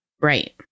Right